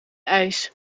ijs